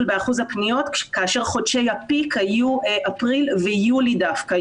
באחוז הפניות כאשר חודשי הפיק היו אפריל ויולי דווקא,